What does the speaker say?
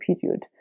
period